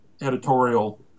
editorial